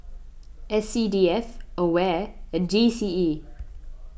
S C D F Aware and G C E